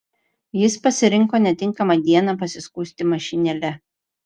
jis pasirinko netinkamą dieną pasiskųsti mašinėle